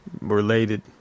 Related